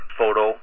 photo